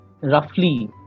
roughly